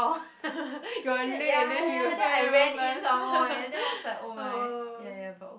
you are late and then you got so many wrong plants !aww!